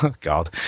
God